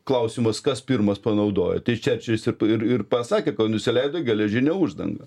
klausimas kas pirmas panaudojo tai čerčilis ir ir ir pasakė kad nusileido geležinė uždanga